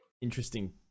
interesting